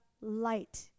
light